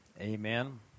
Amen